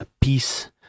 peace